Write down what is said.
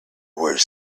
were